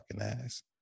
ass